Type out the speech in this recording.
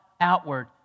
outward